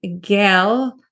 gail